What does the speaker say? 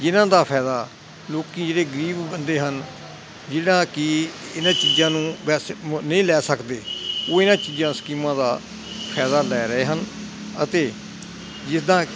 ਜਿਹਨਾਂ ਦਾ ਫਾਇਦਾ ਲੋਕ ਜਿਹੜੇ ਗਰੀਬ ਬੰਦੇ ਹਨ ਜਿਹੜਾ ਕਿ ਇਹਨਾਂ ਚੀਜ਼ਾਂ ਨੂੰ ਵੈਸੇ ਨਹੀਂ ਲੈ ਸਕਦੇ ਉਹ ਇਹਨਾਂ ਚੀਜ਼ਾਂ ਸਕੀਮਾਂ ਦਾ ਫਾਇਦਾ ਲੈ ਰਹੇ ਹਨ ਅਤੇ ਜਿੱਦਾਂ